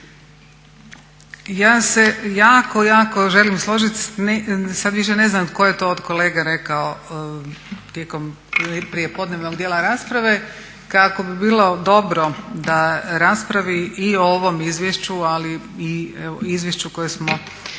Ja se jako, jako želim složiti, sada više ne znam tko je to od kolega rekao tijekom prijepodnevnog dijela rasprave kako bi bilo dobro da raspravi i o ovom izvješću, ali i izvješću koje smo